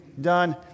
done